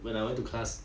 when I went to class